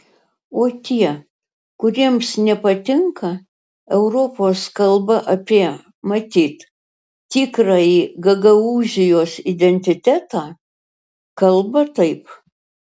o tie kuriems nepatinka europos kalba apie matyt tikrąjį gagaūzijos identitetą kalba taip